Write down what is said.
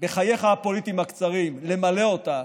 בחייך הפוליטיים הקצרים למלא אותה,